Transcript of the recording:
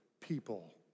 people